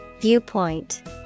Viewpoint